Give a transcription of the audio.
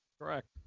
Correct